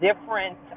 different